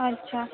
अच्छा